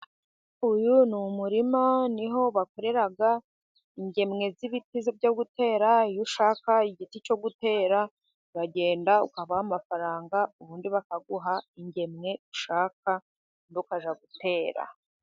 Uyu ni umurima ni ho bakorera ingemwe z'ibiti byo gutera, iyo ushaka igiti cyo gutera uragenda ukabaha amafaranga ubundi bakaguha ingemwe ushaka ubundi ukajya gutera.